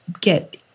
get